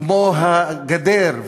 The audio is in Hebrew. כמו הגדר,